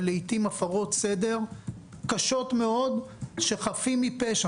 ולעיתים הפרות סדר קשות מאוד שחפים מפשע,